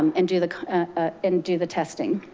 and do the and do the testing.